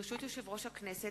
ברשות יושב-ראש הכנסת,